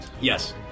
Yes